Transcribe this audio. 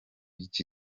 iki